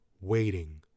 waiting